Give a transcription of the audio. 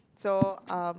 so um